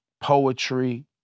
poetry